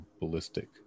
ballistic